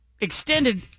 extended